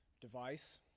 device